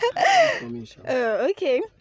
Okay